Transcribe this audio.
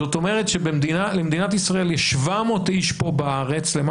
זאת אומרת שלמדינת ישראל יש למעלה מ-700 איש פה בארץ